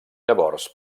llavors